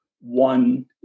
one